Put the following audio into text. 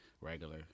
regular